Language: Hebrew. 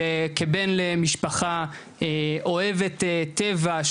וכבן למשפחה אוהבת טבע,